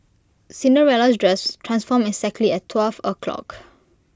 Cinderella's dress transformed exactly at twelve o'clock